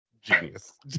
genius